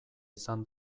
izan